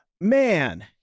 Man